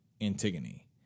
Antigone